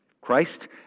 Christ